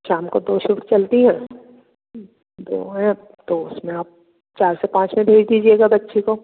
शाम को दो शिफ़्ट चलती हैं दो हैं तो उस में आप चार से पाँच में भेज दीजिएगा बच्ची को